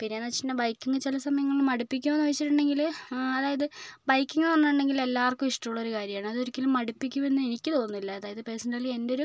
പിന്നെന്ന് വെച്ച് കഴിഞ്ഞാൽ ബൈക്കിങ്ങ് ചില സമയങ്ങളില് മടുപ്പിക്കുമൊന്ന് ചോദിച്ചിട്ടുണ്ടെങ്കിൽ അതായത് ബൈക്കിങ്ങ് എന്ന് പറഞ്ഞിട്ടുണ്ടെങ്കില് എല്ലാവർക്കും ഇഷ്ട്ടമുള്ളൊരു കാര്യമാണ് അതൊരിക്കലും മടുപ്പിക്കുമെന്ന് എനിക്ക് തോന്നുന്നില്ല അതായത് പേഴ്സണലി എന്റെ ഒരു